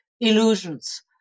illusions